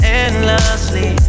endlessly